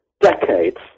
decades